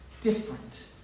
different